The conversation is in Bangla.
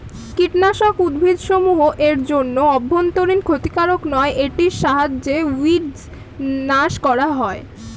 কীটনাশক উদ্ভিদসমূহ এর জন্য অভ্যন্তরীন ক্ষতিকারক নয় এটির সাহায্যে উইড্স নাস করা হয়